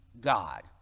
God